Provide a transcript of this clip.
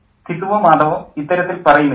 ഘിസുവോ മാധവോ ഇത്തരത്തിൽ പറയുന്നില്ല